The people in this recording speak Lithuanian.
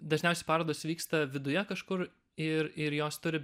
dažniausiai parodos vyksta viduje kažkur ir ir jos turi